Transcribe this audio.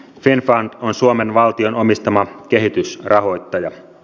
finnfund on suomen valtion omistama kehitysrahoittaja